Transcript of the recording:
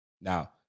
Now